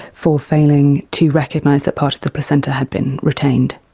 for failing to recognise that part of the placenta had been retained.